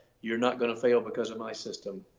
you're not going to fail because of my system.